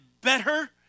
better